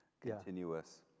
continuous